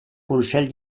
consell